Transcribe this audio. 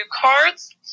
cards